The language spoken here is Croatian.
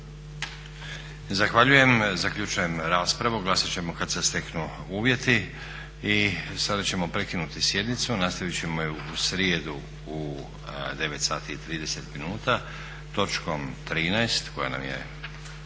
Zahvaljujem. Zaključujem raspravu. Glasat ćemo kad se steknu uvjeti. I sada ćemo prekinuti sjednicu, nastavit ćemo u srijedu u 9,30 sati. Točkom 13 koja nam je